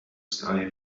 sky